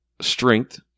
strength